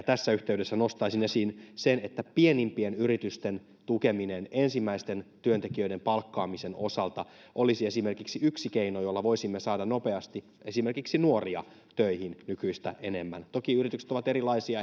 tässä yhteydessä nostaisin esiin sen että esimerkiksi pienimpien yritysten tukeminen ensimmäisten työntekijöiden palkkaamisen osalta olisi yksi keino jolla voisimme saada nopeasti esimerkiksi nuoria töihin nykyistä enemmän toki yritykset ovat erilaisia